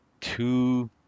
two